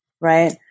Right